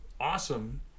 awesome